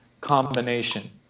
combination